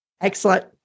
Excellent